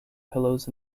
pillows